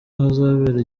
ahazabera